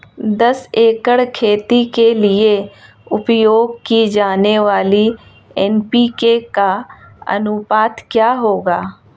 दस एकड़ खेती के लिए उपयोग की जाने वाली एन.पी.के का अनुपात क्या होगा?